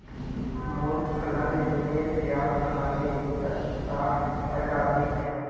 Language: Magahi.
मोर उत्तोलन ऋनेर ब्याज सामान्य ऋण स चार टका अधिक छ